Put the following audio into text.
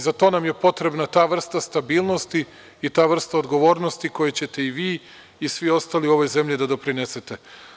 Za to nam je potrebna ta vrsta stabilnosti i ta vrsta odgovornosti kojoj ćete i vi i svi ostali u ovoj zemlji da doprinesete.